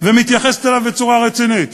ומתייחסת אליו בצורה רצינית.